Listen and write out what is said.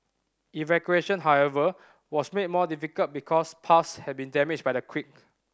evacuation however was made more difficult because paths had been damaged by the quake